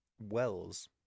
Wells